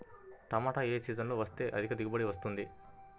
టమాటా ఏ సీజన్లో వేస్తే అధిక దిగుబడి వస్తుంది?